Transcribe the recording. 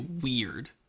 weird